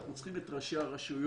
אנחנו צריכים את ראשי הרשויות,